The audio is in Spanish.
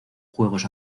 juegos